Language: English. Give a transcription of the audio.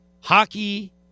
Hockey